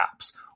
apps